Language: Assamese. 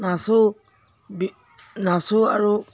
নাচো বি নাচো আৰু